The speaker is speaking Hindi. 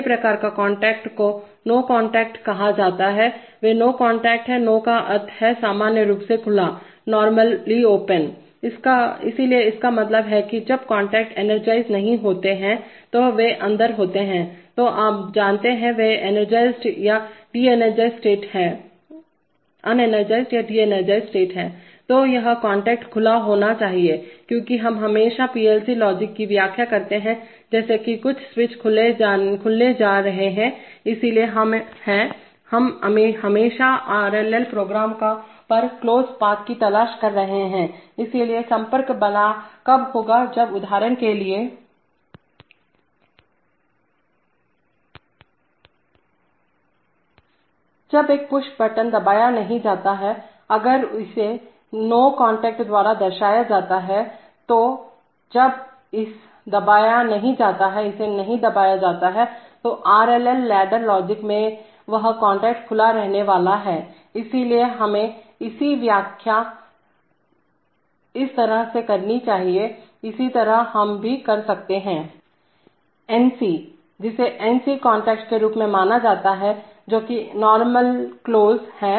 पहले प्रकार के कांटेक्ट को नो कांटेक्ट कहा जाता है वे NO कांटेक्ट हैं NO का अर्थ है सामान्य रूप से खुला हुआ नॉर्मल ओपनइसलिए इसका मतलब है कि जब कांटेक्ट एनर्जाइज नहीं होते हैं या वे अंदर होते हैं तो आप जानते हैं वे अनएक्साइटिड या डी एनर्जाइज स्टेट है तो यह कांटेक्ट खुला होना चाहिए क्योंकि हम हमेशा पीएलसी लॉजिक की व्याख्या करते हैं जैसे कि कुछ स्विच खुलने जा रहे हैं इसलिए हम हैं हम हमेशा आरएलएल प्रोग्राम पर क्लोज पाथ की तलाश कर रहे हैं इसलिए संपर्क कब होगा जब उदाहरण के लिए जब एक पुश बटन दबाया नहीं जाता है अगर इसे NO कॉन्टैक्ट द्वारा दर्शाया जाता है तो जब इसे दबाया नहीं जाता है तो RLL लैडर लॉजिक में वह कॉन्टैक्ट खुला रहने वाला है इसलिए हमें इसकी व्याख्या इस तरह से करनी चाहिए इसी तरह हम भी कर सकते हैं एनसी जिसे एनसी कॉन्टैक्ट के रूप में जाना जाता है जोकि नॉर्मल क्लोज है